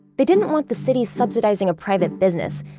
they didn't want the city subsidizing a private business,